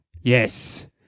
Yes